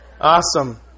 Awesome